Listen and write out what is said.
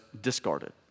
discarded